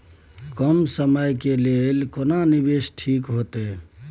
कम समय के लेल केना निवेश ठीक होते?